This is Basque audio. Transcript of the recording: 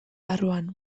barruan